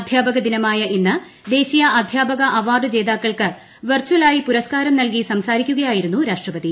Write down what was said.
അധ്യാപക ദിനമായ ഇന്ന് ദേശീയ അധ്യാപക അവാർഡ് ജേതാക്കൾക്ക് വെർചലായി പുരസ്കാരം നൽകി സംസാരിക്കുകയായിരുന്നു രാഷ്ട്രപതി